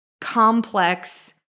complex